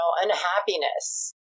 unhappiness